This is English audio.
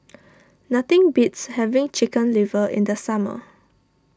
nothing beats having Chicken Liver in the summer